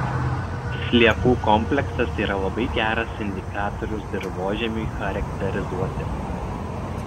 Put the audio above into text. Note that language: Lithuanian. sliekų kompleksas yra labai geras indikatorius dirvožemiui charakterizuoti